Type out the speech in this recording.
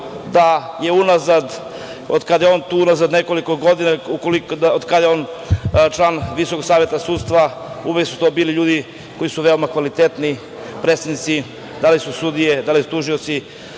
da je unazad od kada je on tu, unazad nekoliko godina od kada je on član Visokog saveta sudstva, uvek su tu bili ljudi koji su veoma kvalitetni predstavnici, da li su sudije, da li su tužioci,